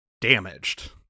damaged